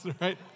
right